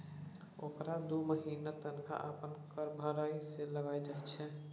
ओकरा दू महिनाक तनखा अपन कर भरय मे लागि जाइत छै